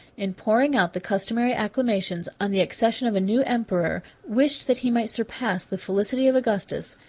in pouring out the customary acclamations on the accession of a new emperor, wished that he might surpass the felicity of augustus,